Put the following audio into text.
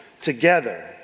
together